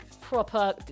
proper